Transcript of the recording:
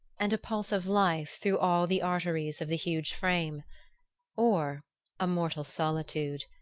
and a pulse of life through all the arteries of the huge frame or a mortal solitude,